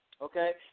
okay